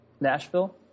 nashville